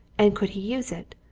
and could he use it.